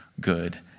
good